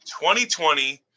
2020